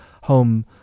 home